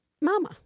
mama